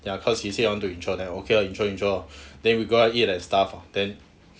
ya cause he said I want to intro then okay lor intro intro lor then we go out eat and stuff lah then